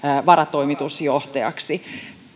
varatoimitusjohtajaksi